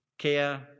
care